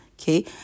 okay